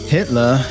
Hitler